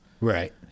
right